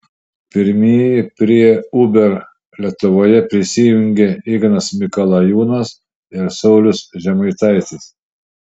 pirmieji prie uber lietuvoje prisijungė ignas mikalajūnas ir saulius žemaitaitis